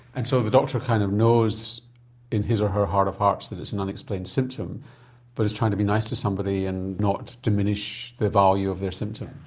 and so the doctor kind of knows in his or her heart of hearts that it's an unexplained symptom but is trying to be nice to somebody and not diminish the value of their symptom?